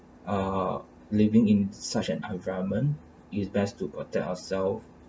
uh living in such an environment it's best to protect ourselves